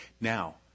Now